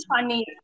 funny